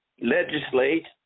legislate